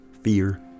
fear